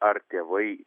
ar tėvai